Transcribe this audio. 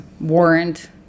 warrant